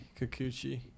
Kikuchi